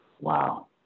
Wow